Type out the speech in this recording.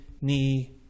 knee